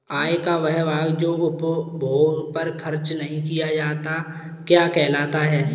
आय का वह भाग जो उपभोग पर खर्च नही किया जाता क्या कहलाता है?